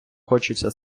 хочеться